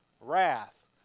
Wrath